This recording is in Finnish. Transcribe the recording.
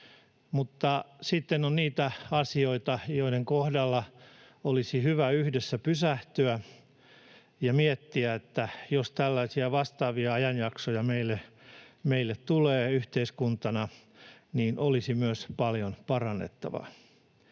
mutta sitten on niitä asioita, joiden kohdalla olisi hyvä yhdessä pysähtyä ja miettiä, että jos tällaisia vastaavia ajanjaksoja meille yhteiskuntana tulee, niin olisi myös paljon parannettavaa.